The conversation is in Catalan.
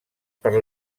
per